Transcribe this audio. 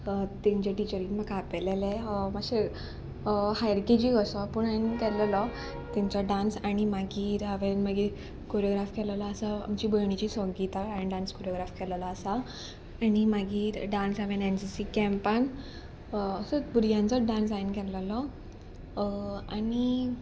तेंचे टिचरीक म्हाका आपयलेले मातशे हायर के जी वसो पूण हांवें केल्लो तेंचो डांस आनी मागीर हांवें मागीर कोरियोग्राफ केल्लो आसा आमची भयणीची संगीता हांवें डांस कोरियोग्राफ केल्लो आसा आनी मागीर डांस हांवें एन सी सी कॅम्पान असो भुरग्यांचो डांस हांवें केल्लो आनी